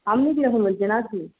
আপনি কীরকম বলছেন আর কি